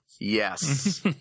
yes